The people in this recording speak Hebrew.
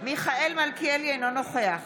מיכאל מלכיאלי, אינו נוכח